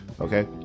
okay